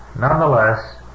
nonetheless